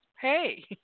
hey